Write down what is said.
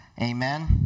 amen